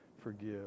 forgive